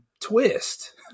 twist